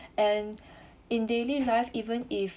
and in daily life even if